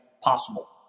possible